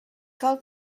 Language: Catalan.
cal